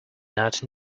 not